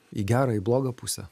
į gerą į blogą pusę